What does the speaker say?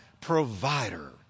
provider